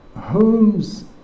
homes